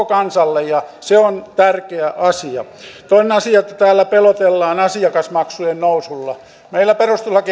kansalle ja se on tärkeä asia toinen asia on että täällä pelotellaan asiakasmaksujen nousulla meillä perustuslaki